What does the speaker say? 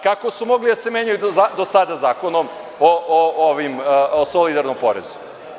Kako su mogli da se menjaju do sada Zakonom o solidarnom porezu?